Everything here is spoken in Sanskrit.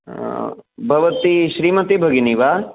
भवती श्रीमतिः भगिनी वा